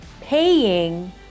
paying